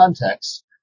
context